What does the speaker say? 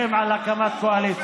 בסך הכול,